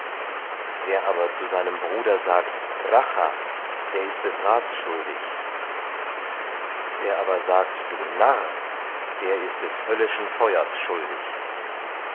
wer aber zu seinem bruder sagt racha der ist des rats schuldig wer aber sagt du narr der ist des höllischen feuers schuldig